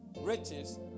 riches